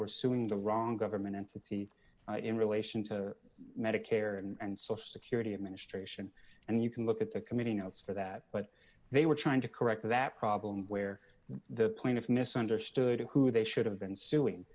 were suing the wrong government entity in relation to medicare and social security administration and you can look at the committee notes for that but they were trying to correct that problem where the plaintiff misunderstood who they should have been suing